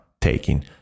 taking